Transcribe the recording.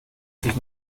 sich